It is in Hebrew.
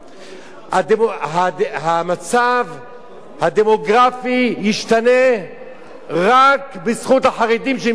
המצב הדמוגרפי ישתנה רק בזכות החרדים שנמצאים פה בעיר הזאת.